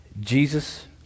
Jesus